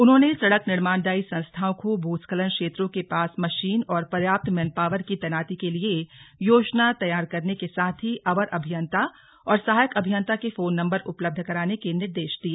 उन्होंने सड़क निर्माणदायी संस्थाओं को भूस्खलन क्षेत्रों के पास मशीन और पर्याप्त मैन पावर की तैनाती के लिए योजना तैयार करने के साथ ही अवर अभियंता और सहायक अभियंता के फोन नंबर उपलब्ध कराने के निर्देश दिए